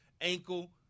ankle